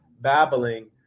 babbling